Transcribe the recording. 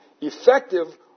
effective